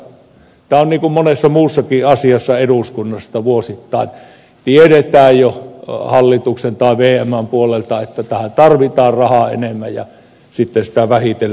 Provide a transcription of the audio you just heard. mutta tämä on niin kuin monessa muussakin asiassa eduskunnassa että vuosittain tiedetään jo hallituksen tai vmn puolelta että tähän tarvitaan rahaa enemmän ja sitten sitä vähitellen riputellaan